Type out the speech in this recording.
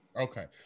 Okay